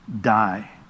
die